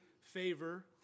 favor